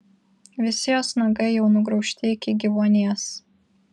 visi jos nagai jau nugraužti iki gyvuonies